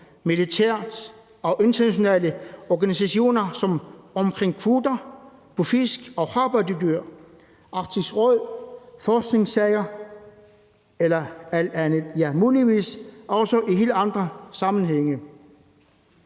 militære område og i internationale organisationer omkring kvoter på fisk og havpattedyr, Arktisk Råd, forskningssager og alt andet – ja, muligvis også i helt andre sammenhænge.